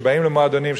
שבאים למועדונים,